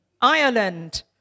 Ireland